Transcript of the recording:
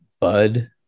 bud